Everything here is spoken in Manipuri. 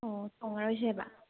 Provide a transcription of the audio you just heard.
ꯑꯣ ꯊꯣꯡꯉꯔꯣꯏꯁꯦꯕ